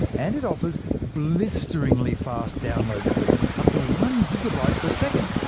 and it offers blisteringly fast download speeds up to one gigabyte per second!